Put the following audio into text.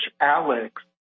Alex